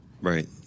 right